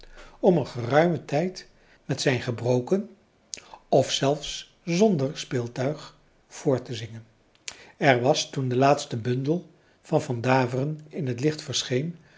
om een geruimen tijd met zijn gebroken of zelfs zonder speeltuig voort te zingen er was toen de laatste bundel van van daveren in het licht verscheen